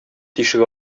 тишек